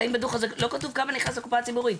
לא כתוב כמה נכנס לקופה הציבורית,